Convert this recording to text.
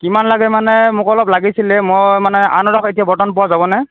কিমান লাগে মানে মোক অলপ লাগিছিলে মই মানে আনাৰস এতিয়া বৰ্তমান পোৱা যাব নে